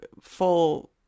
full